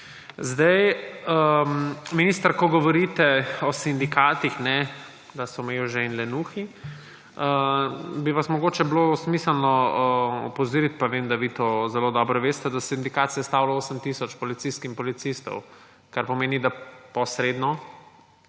Minister, ko govorite o sindikatih, da so mevže in lenuhi, bi vas mogoče bilo smiselno opozoriti, pa vem, da vi to zelo dobro veste, da sindikat sestavlja 8 tisoč policistk in policistov, kar pomeni, da posredno